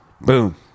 Boom